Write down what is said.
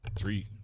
three